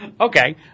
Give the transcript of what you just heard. Okay